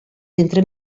entre